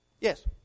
Yes